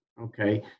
Okay